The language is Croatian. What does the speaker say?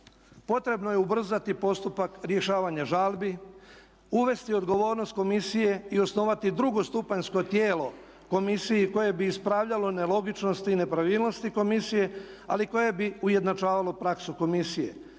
Potrebno je ubrzati postupak rješavanja žalbi, uvesti odgovornost komisije i osnovati drugostupanjsko tijelo komisiji koje bi ispravljalo nelogičnosti i nepravilnosti Komisije, ali koje bi ujednačavalo praksu komisije.